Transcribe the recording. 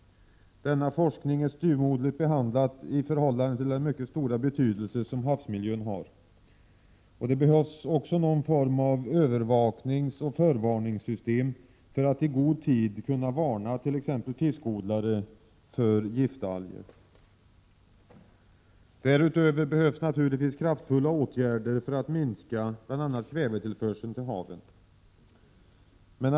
Denna forskning är styvmoderligt behandlad i förhållande till den mycket stora betydelse som havsmiljön har. Det behövs också någon form av övervakningsoch förvarningssystem för att man i god tid skall kunna varna t.ex. fiskodlare för giftalger. Därutöver behövs naturligtvis kraftfulla åtgärder för att minska bl.a. kvävetillförseln till haven.